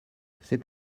c’est